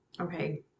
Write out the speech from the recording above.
Okay